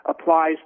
applies